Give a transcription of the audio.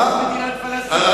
יש מדינת "חמאס".